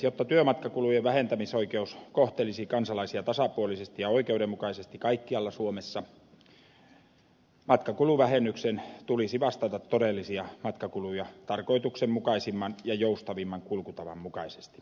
jotta työmatkakulujen vähentämisoikeus kohtelisi kansalaisia tasapuolisesti ja oikeudenmukaisesti kaikkialla suomessa matkakuluvähennyksen tulisi vastata todellisia matkakuluja tarkoituksenmukaisimman ja joustavimman kulkutavan mukaisesti